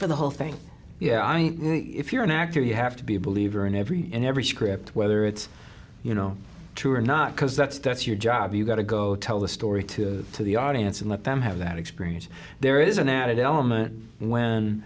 for the whole thing yeah i mean if you're an actor you have to be a believer in every in every script whether it's you know true or not because that's that's your job you got to go tell the story to the audience and let them have that experience there is an added element when